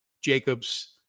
Jacobs